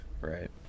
Right